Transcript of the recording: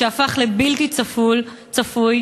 שהפך לבלתי צפוי,